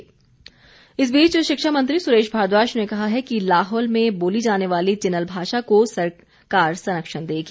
चिनल भाषा इस बीच शिक्षा मंत्री सुरेश भारद्वाज ने कहा है कि लाहौल में बोली जाने वाली चिनल भाषा को सरकार संरक्षण देगी